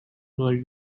were